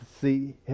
see